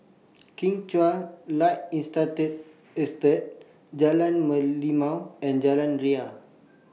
Kim Chuan Light Industrial Estate Jalan Merlimau and Jalan Ria